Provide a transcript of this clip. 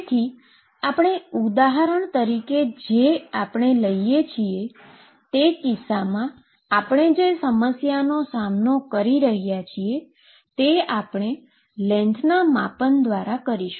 તેથી આપણે ઉદાહરણ તરીકે જે કરીએ છીએ આ કિસ્સામાં આપણે હાલમાં જે સમસ્યાઓનો સામનો કરી રહ્યા છીએ તે છે કે આપણે લેન્થના માપન દ્વારા કરીશુ